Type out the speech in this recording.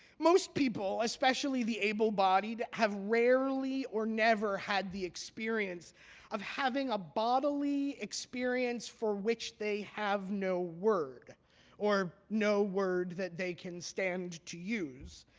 most people, especially the able-bodied, have rarely or never had the experience of having a bodily experience for which they have no word or no word that they can stand to use.